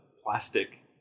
plastic